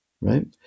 right